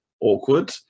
awkward